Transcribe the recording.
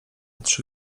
trzy